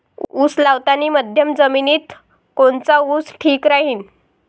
उस लावतानी मध्यम जमिनीत कोनचा ऊस ठीक राहीन?